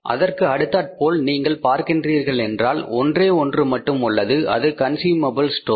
அதற்கு அடுத்தாற்போல் நீங்கள் பார்க்கின்றீர்கள் என்றால் ஒன்றே ஒன்று மட்டும் உள்ளது அது கன்ஸ்யூமபில் ஸ்டோர்